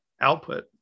output